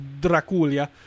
Draculia